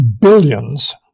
billions